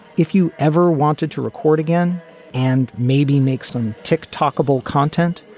if you ever wanted to record again and maybe make some tick tock but content,